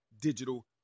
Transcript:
digital